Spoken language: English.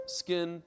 skin